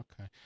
Okay